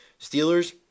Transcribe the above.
Steelers